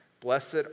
Blessed